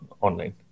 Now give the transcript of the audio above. online